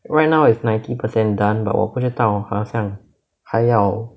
right now it's ninety percent done but 我不知道好像还要